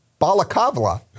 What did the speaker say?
balakavla